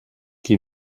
qui